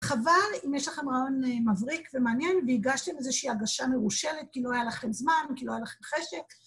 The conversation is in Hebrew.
חבל אם יש לכם רעיון מבריק ומעניין והגשתם איזושהי הגשה מרושלת כי לא היה לכם זמן, כי לא היה לכם חשק.